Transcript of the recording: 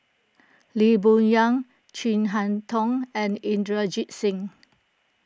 Lee Boon Yang Chin Harn Tong and Inderjit Singh